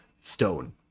Stone